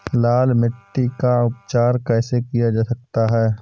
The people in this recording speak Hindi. लाल मिट्टी का उपचार कैसे किया जाता है?